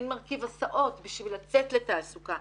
אין מרכיב הסעות בשביל לצאת לתעסוקה.